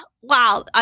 wow